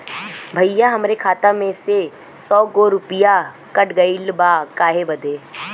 भईया हमरे खाता में से सौ गो रूपया कट गईल बा काहे बदे?